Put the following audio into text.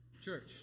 church